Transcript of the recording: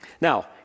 Now